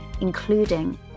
including